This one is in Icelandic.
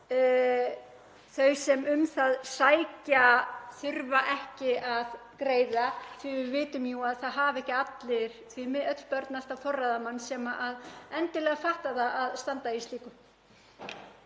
þau sem um það sækja þurfi ekki að greiða, því að við vitum að það hafa ekki öll börn alltaf forráðamann sem endilega fattar að standa í slíku.